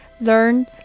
learn